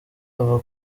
ava